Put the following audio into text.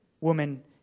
woman